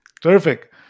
Terrific